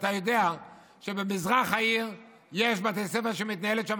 אתה יודע שבמזרח העיר יש בתי ספר שמתנהלת שם